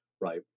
right